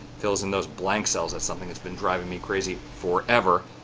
fills in those blank cells. that's something that's been driving me crazy forever,